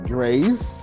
Grace